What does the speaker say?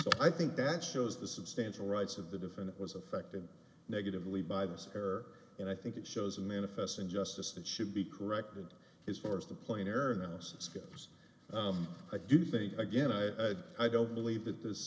so i think that shows the substantial rights of the defendant was affected negatively by this affair and i think it shows and manifest injustice that should be corrected as far as the plane or analysis goes i do think again i i don't believe that this